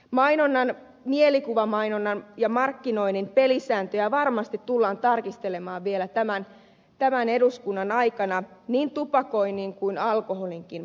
mainonnan mielikuvamainonnan ja markkinoinnin pelisääntöjä varmasti tullaan tarkistelemaan vielä tämän eduskunnan aikana niin tupakoinnin kuin alkoholinkin suhteen